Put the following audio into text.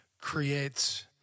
creates